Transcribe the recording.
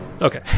Okay